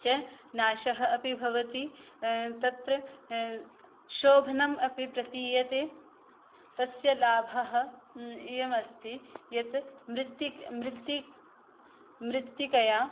च नाशः अपि भवति तत्र शोभनम् अपि प्रतीयते तस्य लाभः अयमस्ति यत् मृत्तिकया